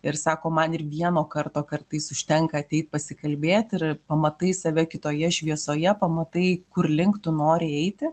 ir sako man ir vieno karto kartais užtenka ateit pasikalbėt ir pamatai save kitoje šviesoje pamatai kur link tu nori eiti